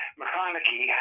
mcconaughey